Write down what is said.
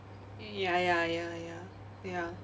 ya ya ya ya ya